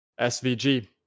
SVG